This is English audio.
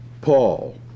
Paul